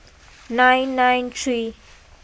nine nine three